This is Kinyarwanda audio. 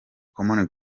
common